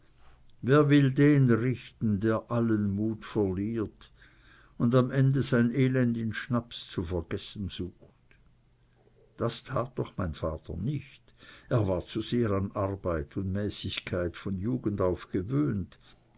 wer will den richten der allen mut verliert und am ende sein elend in schnaps zu vergessen sucht das tat doch mein vater nicht er war zu sehr an arbeit und mäßigkeit von jugend auf gewohnt